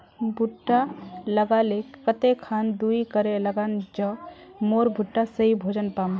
भुट्टा लगा ले कते खान दूरी करे लगाम ज मोर भुट्टा सही भोजन पाम?